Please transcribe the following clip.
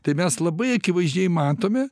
tai mes labai akivaizdžiai matome